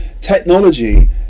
technology